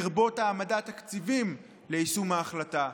לרבות העמדת תקציבים ליישום ההחלטה.